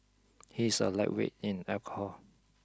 he is a lightweight in alcohol